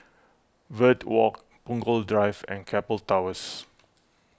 Verde Walk Punggol Drive and Keppel Towers